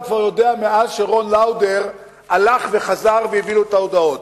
הוא יודע מאז הלך רון לאודר וחזר והביא את ההודעות,